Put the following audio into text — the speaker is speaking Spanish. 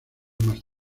más